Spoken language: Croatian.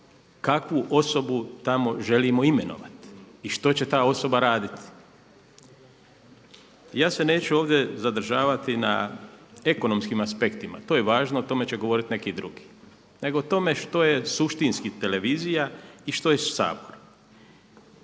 kakvu osobu tamo želimo imenovati i što će ta osoba raditi. Ja se neću ovdje zadržavati na ekonomskim aspektima, to je važno o tome će govoriti neki drugi, nego o tome što je suštinski televizija i što je Sabor.